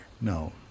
No